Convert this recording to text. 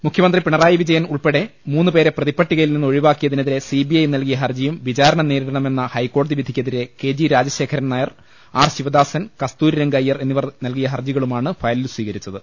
മുഖ്യമന്ത്രി പിണറായി വിജയൻ ഉൾപ്പെടെ മൂന്ന് പേരെ പ്രതിപട്ടികയിൽ നിന്ന് ഒഴിവാക്കിയതിനെതിരെ സിബിഐ നൽകിയ ഹർജിയും വിചാരണ നേരിടണമെന്ന ഹൈക്കോടതി വിധിക്കെതിരെ K G Rajasekharan Nair R Sivadasan Kasturiranga Iyer എന്നിവർ നൽകിയ ഹർജികളുമാണ് ഫയലിൽ സ്വീകരിച്ചത്